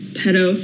pedo